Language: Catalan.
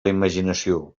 imaginació